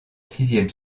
sixième